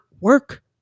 work